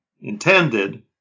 intended